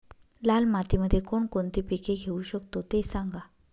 लाल मातीमध्ये कोणकोणती पिके घेऊ शकतो, ते सांगा